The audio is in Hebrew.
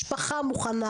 משפחה מוכנה,